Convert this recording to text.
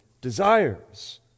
desires